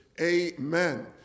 amen